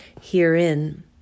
herein